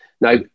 Now